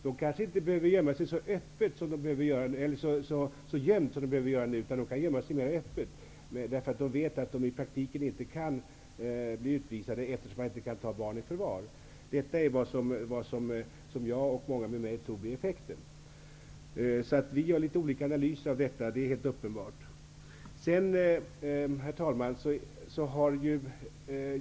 De kanske inte behöver gömma sig så totalt som nu, utan de kan välja öppnare gömställen, för de vet att de i praktiken inte kan bli utvisade, eftersom man inte kan ta barn i förvar. Detta tror jag och många med mig blir effekten. Vi gör litet olika analyser av detta. Det är helt uppenbart. Herr talman!